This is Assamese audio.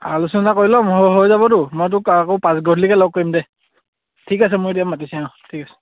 আলোচনা কৰি ল'ম হৈ যাবতো মই তোক আকৌ লগ কৰিম দে ঠিক আছে মোক এতিয়া মাতিছে অঁ ঠিক আছে